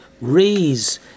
raise